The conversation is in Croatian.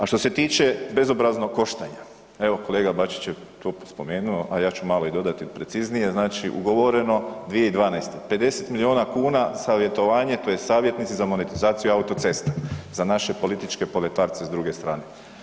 A što se tiče bezobraznog koštanja, evo, kolega Bačić je to spomenuo, a ja ću malo dodati i preciznije, znači ugovoreno 2012., 50 milijuna kuna savjetovanje tj. savjetnici za monetizaciju autocesta, za naše političke ... iz druge strane.